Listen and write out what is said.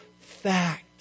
fact